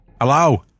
hello